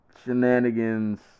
shenanigans